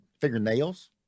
fingernails